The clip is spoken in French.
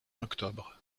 octobre